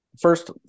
First